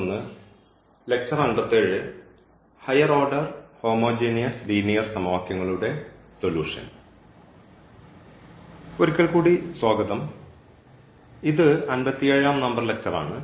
ഒരിക്കൽ കൂടി സ്വാഗതം ഇത് അമ്പത്തിയേഴാം നമ്പർ ലക്ച്ചർ ആണ്